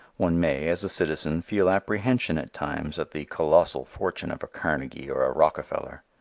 one may, as a citizen, feel apprehension at times at the colossal fortune of a carnegie or a rockefeller.